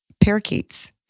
parakeets